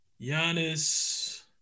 Giannis